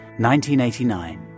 1989